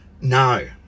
no